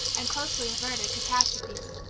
and closely averted catastrophes.